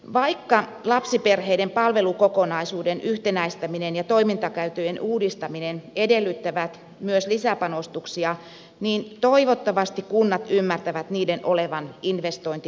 vaikka lapsiperheiden palvelukokonaisuuden yhtenäistäminen ja toimintakäytäntöjen uudistaminen edellyttävät myös lisäpanostuksia niin toivottavasti kunnat ymmärtävät niiden olevan investointi tulevaisuuteen